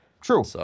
True